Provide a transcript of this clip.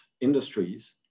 industries